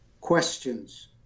questions